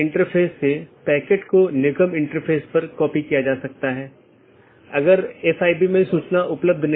आज हमने जो चर्चा की है वह BGP रूटिंग प्रोटोकॉल की अलग अलग विशेषता यह कैसे परिभाषित किया जा सकता है कि कैसे पथ परिभाषित किया जाता है इत्यादि